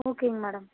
ஓகேங்க மேடம்